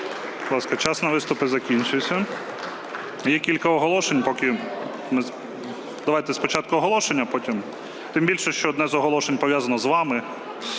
час на виступи закінчився. Є кілька оголошень, поки... Давайте спочатку оголошення, а потім... Тим більше, що одне з оголошень пов'язано з вами.